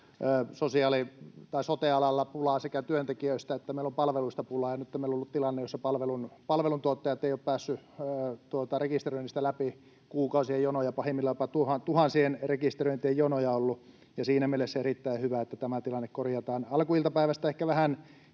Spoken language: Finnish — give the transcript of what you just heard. sote-alalla pulaa sekä työntekijöistä että meillä on palveluista pulaa, ja nyt meillä on ollut tilanne, jossa palvelun palveluntuottajat eivät ole päässeet rekisteröinnistä läpi. Kuukausien jonoja, pahimmillaan jopa tuhansien rekisteröintien jonoja on ollut, ja siinä mielessä on erittäin hyvä, että tämä tilanne korjataan. Alkuiltapäivästä ehkä vähän